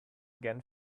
again